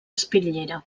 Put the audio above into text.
espitllera